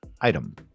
item